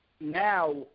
now